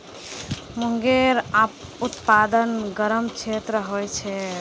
मूंगेर उत्पादन गरम क्षेत्रत ह छेक